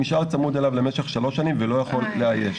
נשאר צמוד אליו למשך שלוש שנים ולא יכול לאייש.